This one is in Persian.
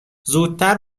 زودتر